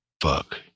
Fuck